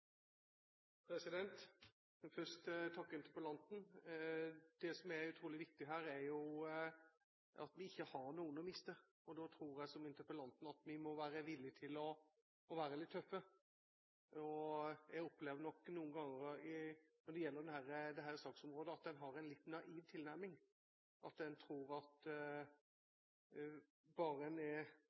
takke interpellanten. Det som er utrolig viktig her, er at vi ikke har noen å miste. Jeg tror, som interpellanten, at vi må være villige til å være litt tøffe. Jeg opplever nok noen ganger når det gjelder dette saksområdet, at man har en litt naiv tilnærming – at man tror at